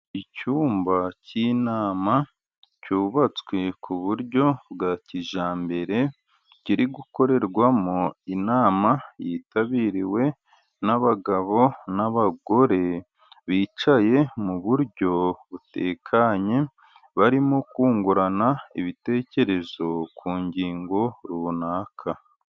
Icyumba cy'inama, cyubatswe ku buryo bwa kijyambere, kiri gukorerwamo inama, yitabiriwe n'abagabo, n'abagore bicaye mu buryo butekanye, barimo kungurana ibitekerezo ku ngingo runaka.